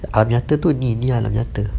nyata tu ni nyata